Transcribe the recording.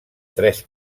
tres